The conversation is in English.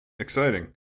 Exciting